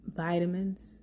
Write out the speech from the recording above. Vitamins